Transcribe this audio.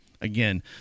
Again